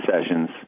sessions